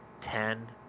ten